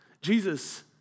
Jesus